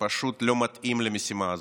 פשוט לא מתאים למשימה הזאת.